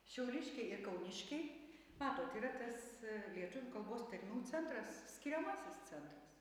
šiauliškiai ir kauniškiai matot yra tas lietuvių kalbos tarmių centras skiriamasis centras